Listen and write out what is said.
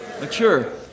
Mature